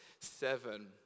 seven